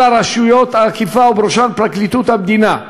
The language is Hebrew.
על רשויות האכיפה, ובראשן פרקליטות המדינה,